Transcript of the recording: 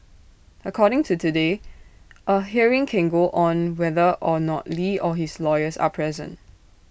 according to today A hearing can go on whether or not li or his lawyers are present